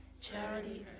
Charity